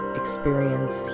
experience